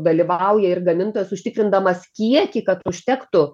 dalyvauja ir gamintojas užtikrindamas kiekį kad užtektų